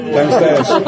Downstairs